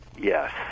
Yes